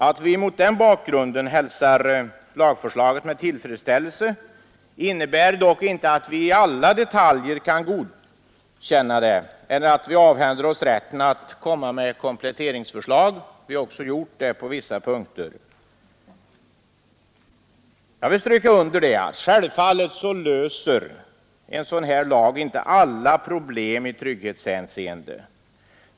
Att vi mot den bakgrunden hälsar lagförslaget med tillfredsställelse innebär dock inte att alla detaljer kan godtas eller att vi avhänder oss rätten att komma med kompletteringsförslag. Vi har också gjort det på vissa punkter. Självfallet löser en sådan här lag inte alla problem i trygghetshänseende.